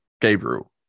gabriel